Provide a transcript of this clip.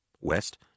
West